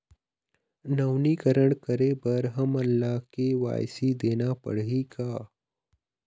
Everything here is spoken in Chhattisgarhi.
नवीनीकरण करे बर हमन ला के.वाई.सी देना पड़ही का?